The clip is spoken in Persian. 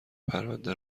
پرنده